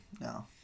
No